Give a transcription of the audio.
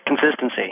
consistency